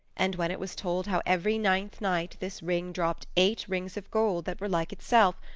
and when it was told how every ninth night this ring dropped eight rings of gold that were like itself,